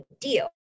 deal